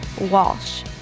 Walsh